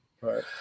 Right